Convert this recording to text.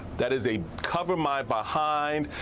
that is a cover my behind,